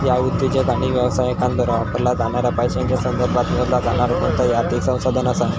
ह्या उद्योजक आणि व्यवसायांद्वारा वापरला जाणाऱ्या पैशांच्या संदर्भात मोजला जाणारा कोणताही आर्थिक संसाधन असा